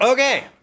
Okay